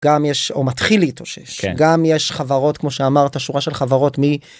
גם יש, או מתחיל להתאושש, גם יש חברות, כמו שאמרת, שורה של חברות מ-